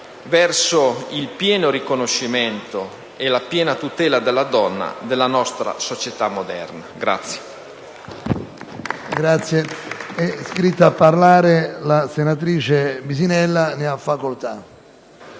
verso il pieno riconoscimento e la piena tutela della donna della nostra società moderna.